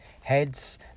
Heads